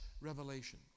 revelation